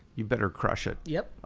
you better crush it. yep,